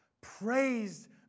Praised